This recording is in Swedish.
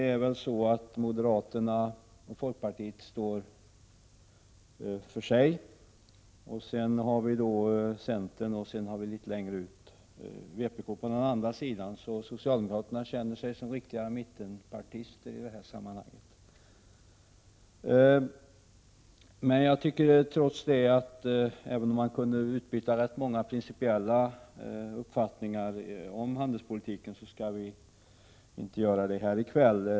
Moderaterna och folkpartiet står för sig. Sedan kommer centern och litet längre ut vpk på den andra sidan. Så socialdemokraterna känner sig som riktiga mittenpartister i detta sammanhang. Även om man kunde utbyta många principiella uppfattningar om handelspolitiken, tycker jag att vi trots allt inte skall göra det här i kväll.